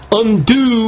undo